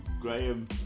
Graham